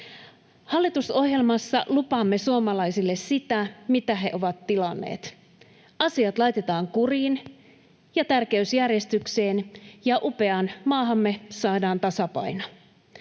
Hallitusohjelmassa lupaamme suomalaisille sitä, mitä he ovat tilanneet: asiat laitetaan kuriin ja tärkeysjärjestykseen ja upeaan maahamme saadaan tasapaino.